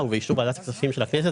ובאישור ועדת הכספים של הכנסת,